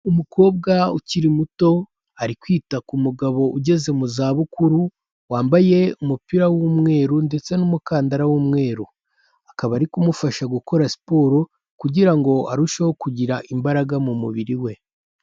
Umukobwa ukiri muto ari kwita ku mugabo ugeze muzabukuru wambaye umupira w'umweru ndetse n'umukandara w'umweru. Akaba ari kumufasha gukora siporo kugira ngo arusheho kugira imbaraga mu mubiri we.